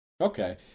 Okay